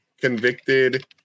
convicted